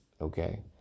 Okay